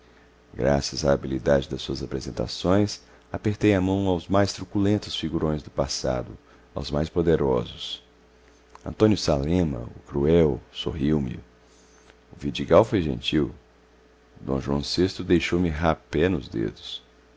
graças à habilidade das suas apresentações apertei a mão aos mais truculentos figurões do passado aos mais poderosos antônio salema o cruel sorriu me o vidigal foi gentil d joão vi deixou-me rapé nos dedos